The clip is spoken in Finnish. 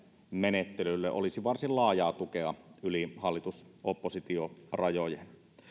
menettelylle olisi varsin laajaa tukea yli hallitus oppositio rajojen